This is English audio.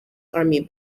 army